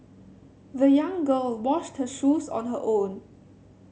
the young girl washed her shoes on her own